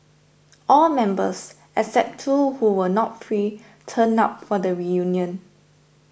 all members except two who were not free turned up for the reunion